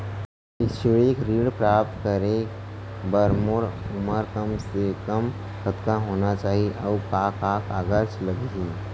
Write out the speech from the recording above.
शैक्षिक ऋण प्राप्त करे बर मोर उमर कम से कम कतका होना चाहि, अऊ का का कागज लागही?